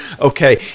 Okay